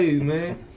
man